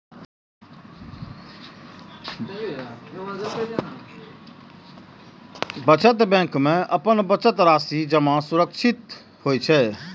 बचत बैंक मे अपन बचत राशि जमा करब सुरक्षित होइ छै